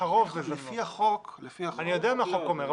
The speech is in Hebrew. לפי החוק --- אני יודע מה החוק אומר.